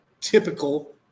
typical